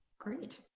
Great